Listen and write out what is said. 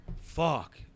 Fuck